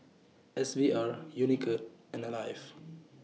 S V R Unicurd and Alive